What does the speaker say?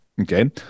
Okay